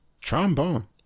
trombone